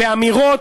באמירות,